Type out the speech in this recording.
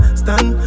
stand